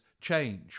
Change